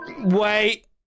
wait